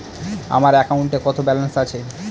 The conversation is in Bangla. আমার অ্যাকাউন্টে কত ব্যালেন্স আছে?